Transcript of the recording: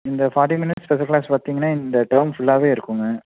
இந்த forty minutes special class பார்த்தீங்கன்னா இந்த டேர்ம் ஃபுல்லாகவே இருக்குங்க